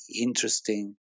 interesting